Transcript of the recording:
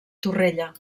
torrella